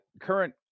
current